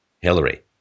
Hillary